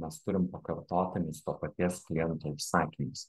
mes turim pakartotinius to paties kliento užsakymus